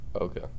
okay